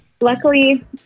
Luckily